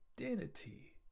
identity